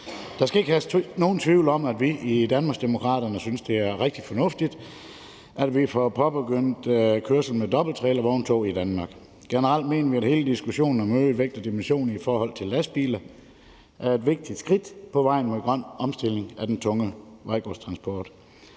Der skal ikke herske nogen tvivl om, at vi i Danmarksdemokraterne synes, det er rigtig fornuftigt, at vi får påbegyndt kørsel med dobbelttrailervogntog i Danmark. Generelt mener vi, at hele diskussionen om øget vægt og dimension i forhold til lastbiler er et vigtigt skridt på vejen mod en grøn omstilling af den tunge vejgodstransport.